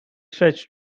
stretch